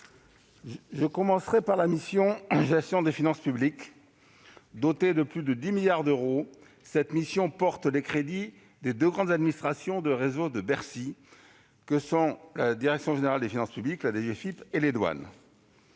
je commencerai par évoquer la mission « Gestion des finances publiques ». Dotée de plus de 10 milliards d'euros, cette mission porte les crédits des deux grandes administrations de réseau de Bercy que sont la direction générale des finances publiques (DGFiP) et la